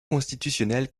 constitutionnelle